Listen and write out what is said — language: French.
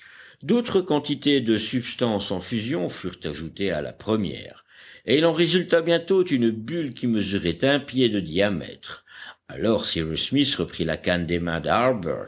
d'autres quantités de substance en fusion furent ajoutées à la première et il en résulta bientôt une bulle qui mesurait un pied de diamètre alors cyrus smith reprit la canne des mains